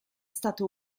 stato